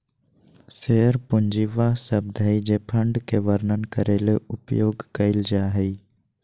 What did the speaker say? share पूंजी वह शब्द हइ जे फंड के वर्णन करे ले उपयोग कइल जा हइ